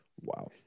Wow